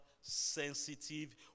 sensitive